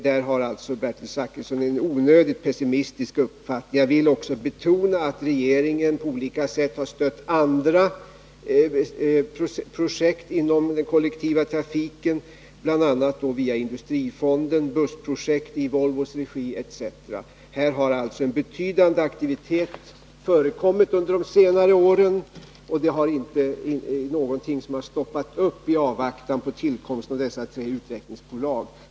Där har alltså Bertil Zachrisson en onödigt pessimistisk uppfattning. Jag vill också betona att regeringen på olika sätt har stött andra projekt inom kollektivtrafiken, bl.a. — via industrifonden — bussprojekt i Volvos regi. Här har alltså en betydande aktivitet förekommit under de senare åren, och det har inte varit någonting som har stoppat upp i avvaktan på tillkomsten av de tre utvecklingsbolagen.